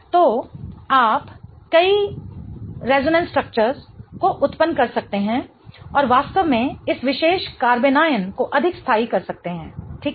तो आप कई को उत्पन्न कर सकते हैं और वास्तव में इस विशेष कार्बनियन को अधिक स्थाई कर सकते हैं ठीक